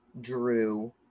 Drew